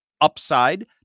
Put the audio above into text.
upside